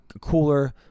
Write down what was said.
cooler